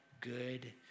good